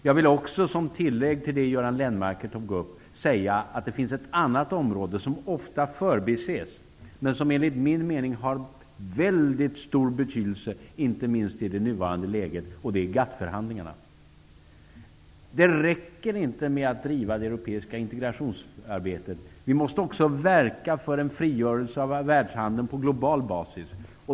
Jag vill också säga, som tillägg till det som Göran Lennmarker tog upp, att det finns ett annat område som ofta förbises men som enligt min mening har mycket stor betydelse, inte minst i nuvarande läge, nämligen GATT-förhandlingarna. Det räcker inte att driva det europeiska integrationsarbetet. Vi måste också verka för en frigörelse av världshandeln på global basis.